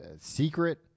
secret